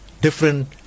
Different